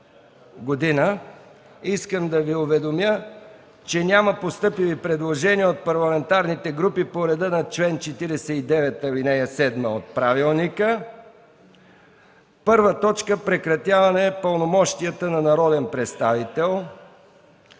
г. Искам да Ви уведомя, че няма постъпили предложения от парламентарните групи по реда на чл. 49, ал. 7 от правилника. 1. Прекратяване пълномощията на народен представител.